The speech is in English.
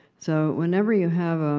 so, whenever you have. ah